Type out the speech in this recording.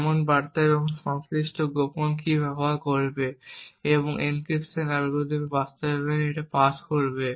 এমন বার্তা এবং সংশ্লিষ্ট গোপন কী ব্যবহার করবে এবং এই এনক্রিপশন অ্যালগরিদমের বাস্তবায়নে এটি পাস করবে